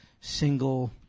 single